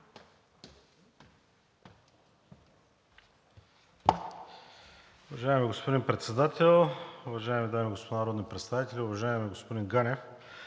Уважаеми господин Председател, уважаеми дами и господа народни представители! Уважаеми господин Ганев,